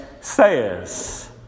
says